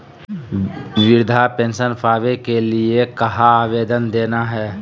वृद्धा पेंसन पावे के लिए कहा आवेदन देना है?